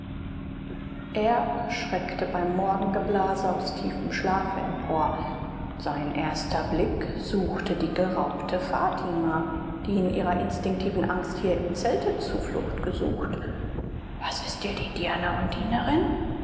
erb schreckte beim morgengeblase aus tiefem schlafe empor sein erster blick suchte die geraubte fatima die in ihrer instinktiven angst hier im zelte zuflucht gesucht was ist dir die dirne und dienerin